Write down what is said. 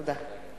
תודה.